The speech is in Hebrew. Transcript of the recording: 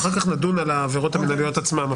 אחר כך נדון על העבירות המנהליות עצמם.